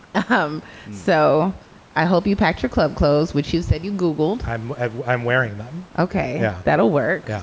um so i hope you packed your club clothes, which you said you google time i'm wearing them. ok. yeah that'll work.